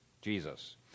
Jesus